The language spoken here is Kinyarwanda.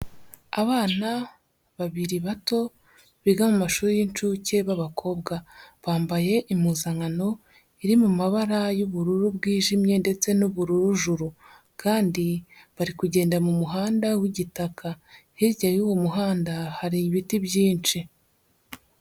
Abana babiri bato biga mu mashuri y'inshuke b'abakobwa, bambaye impuzankano iri mu mabara y'ubururu bwijimye ndetse n'ubururu juru kandi bari kugenda mu muhanda w'igitaka, hirya y'uwo muhanda hari ibiti byinshi.